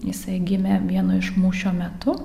jisai gimė vieno iš mūšio metu